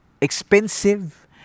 expensive